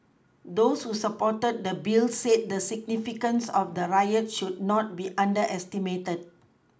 those who supported the Bill said the significance of the riot should not be underestimated